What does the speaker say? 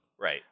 Right